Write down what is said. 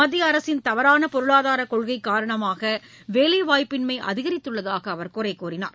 மத்தியஅரசின் தவறானபொருளாதாரகொள்கைகாரணமாகவேலைவாய்ப்பின்மைஅதிகாரித்துள்ளதாகஅவர் குறைகூறினார்